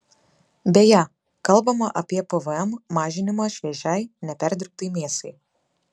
beje kalbama apie pvm mažinimą šviežiai neperdirbtai mėsai